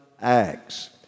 Acts